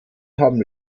haben